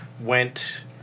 went